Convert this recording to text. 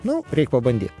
nu reik pabandyt